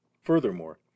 Furthermore